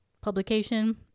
publication